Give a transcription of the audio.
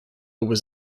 was